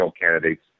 candidates